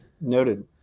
Noted